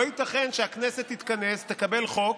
לא ייתכן שהכנסת תתכנס, תקבל חוק,